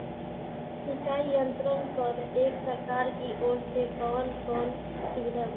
सिंचाई यंत्रन पर एक सरकार की ओर से कवन कवन सुविधा बा?